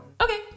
Okay